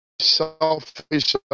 selfish